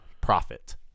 Profit